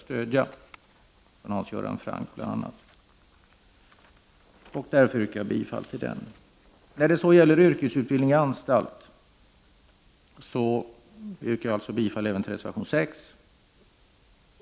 Hans Göran Franck, en motion som jag har känt varmt för att stödja. När det gäller yrkesutbildning i anstalt yrkar jag bifall till reservation 6.